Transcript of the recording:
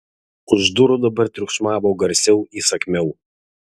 už durų dabar triukšmavo garsiau įsakmiau